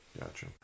gotcha